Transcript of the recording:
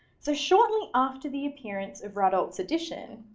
so shortly after the appearance of ratdolt's edition,